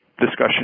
discussion